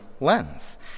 lens